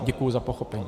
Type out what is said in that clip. Děkuji za pochopení.